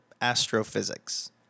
astrophysics